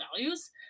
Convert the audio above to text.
values